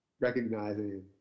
recognizing